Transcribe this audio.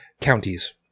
Counties